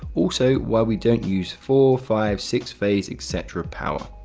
also why we don't use four, five, six phase, et cetera power.